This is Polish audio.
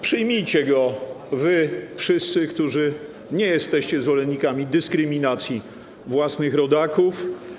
Przyjmijcie go wy, wszyscy, którzy nie jesteście zwolennikami dyskryminacji własnych rodaków.